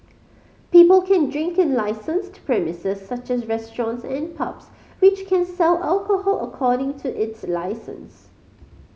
people can drink in licensed premises such as restaurants and pubs which can sell alcohol according to its licence